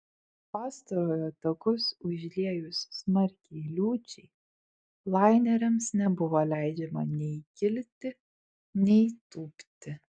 pastarojo takus užliejus smarkiai liūčiai laineriams nebuvo leidžiama nei kilti nei tūpti